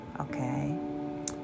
okay